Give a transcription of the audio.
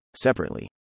separately